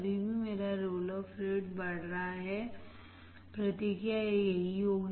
अभी भी मेरा रोल ऑफ रेट बढ़ रहा है प्रतिक्रिया यही होगी